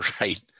right